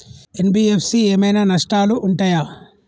NBFC ఏమైనా నష్టాలు ఉంటయా?